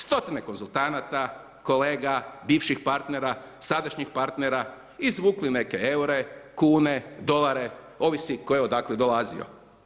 Stotine konzultanata, kolega, bivših partnera, sadašnjih partnera, izvukli neke eure, kune, dolare, ovisi tko je odakle dolazio.